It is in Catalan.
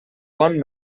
bon